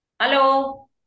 Hello